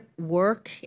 work